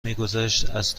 میگذشت، از